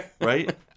right